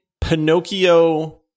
Pinocchio